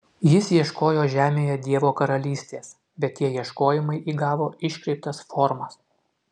jis ieškojo žemėje dievo karalystės bet tie ieškojimai įgavo iškreiptas formas